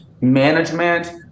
management